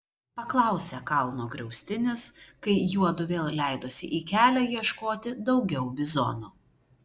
paklausė kalno griaustinis kai juodu vėl leidosi į kelią ieškoti daugiau bizonų